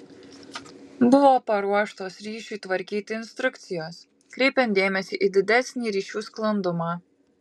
buvo paruoštos ryšiui tvarkyti instrukcijos kreipiant dėmesį į didesnį ryšių sklandumą